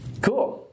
Cool